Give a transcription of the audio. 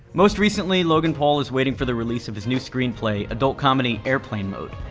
most recently, logan paul is waiting for the released of his new screenplay adult-comedy airplane mode.